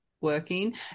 working